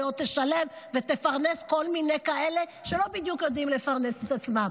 והיא עוד תשלם ותפרנס כל מיני כאלה שלא בדיוק יודעים לפרנס את עצמם.